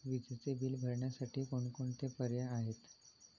विजेचे बिल भरण्यासाठी कोणकोणते पर्याय आहेत?